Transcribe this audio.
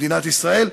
במדינת ישראל.